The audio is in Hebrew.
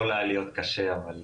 יכול היה להיות קשה, אבל